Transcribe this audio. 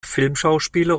filmschauspieler